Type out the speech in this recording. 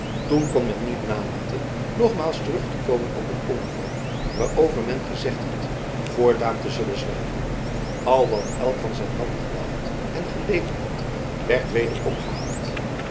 toen kon men niet nalaten nogmaals terug te komen op het onderwerp waarover men gezegd had voortaan te zullen zwijgen al wat elk van zijn kant gedacht en geleden had werd weder opgehaald